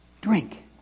drink